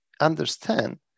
understand